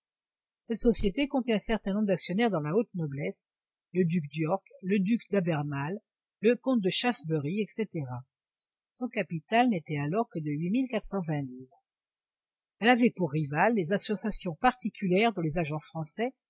cette société comptait un certain nombre d'actionnaires dans la haute noblesse le duc d'york le duc d'albermale le comte de shaftesbury etc son capital n'était alors que de huit mille quatre cent vingt livres elle avait pour rivales les associations particulières dont les agents français